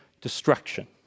destruction